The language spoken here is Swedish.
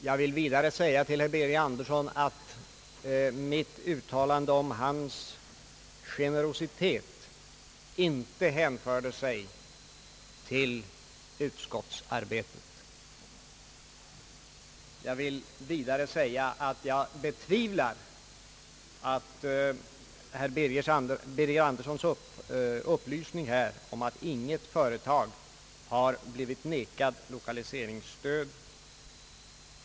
Jag vill vidare säga till herr Birger Andersson, att mitt uttalande om hans generositet inte hänförde sig till utskottsarbetet. Vidare vill jag säga att jag betvivlar herr Birger Anderssons upplysning här om att inget företag har förvägrats lokaliseringsstöd.